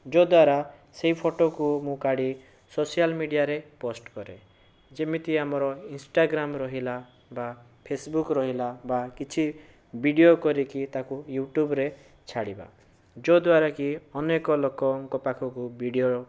ଯାହାଦ୍ଵାରା ସେହି ଫଟୋକୁ ମୁଁ କାଢ଼ି ସୋସିଆଲ ମଡ଼ିଆରେ ପୋଷ୍ଟ କରେ ଯେମିତି ଆମର ଇନଷ୍ଟାଗ୍ରାମ ରହିଲା ବା ଫେସବୁକ ରହିଲା ବା କିଛି ଭିଡ଼ିଓ କରିକି ତାକୁ ୟୁଟୁବରେ ଛାଡ଼ିବା ଯାହାଦ୍ଵାରା କି ଅନେକ ଲୋକଙ୍କ ପାଖକୁ ଭିଡ଼ିଓ